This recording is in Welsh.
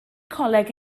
coleg